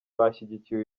bashyigikiye